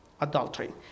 adultery